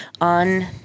on